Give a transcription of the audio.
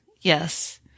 Yes